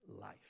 life